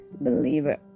believer